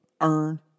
earn